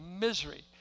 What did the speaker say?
misery